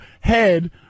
head